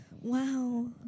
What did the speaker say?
Wow